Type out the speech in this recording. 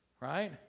right